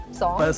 song